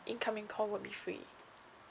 incoming call would be free